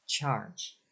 Charge